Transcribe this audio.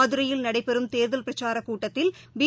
மதுரையில் நடைபெறும் தேர்தல் பிரச்சாரக் கூட்டத்தில் பி